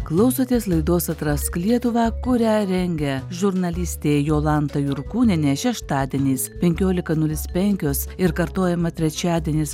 klausotės laidos atrask lietuvą kurią rengia žurnalistė jolanta jurkūnienė šeštadieniais penkiolika nulis penkios ir kartojama trečiadieniais